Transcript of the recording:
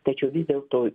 tačiau vis dėlto